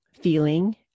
feeling